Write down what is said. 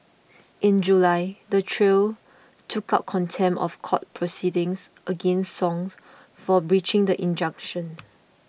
in July the trio took out contempt of court proceedings against Song for breaching the injunction